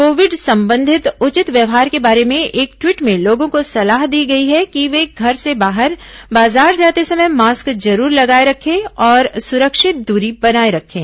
Covid संबंधित उचित व्यवहार के बारे में एक ट्वीट में लोगों को सलाह दी गई है कि वे घर से बाजार जाते समय मास्क जरूर लगाए रखें और सुरक्षित दूरी बनाए रखें